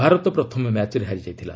ଭାରତ ପ୍ରଥମ ମ୍ୟାଚ୍ରେ ହାରିଯାଇଥିଲା